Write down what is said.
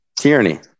tyranny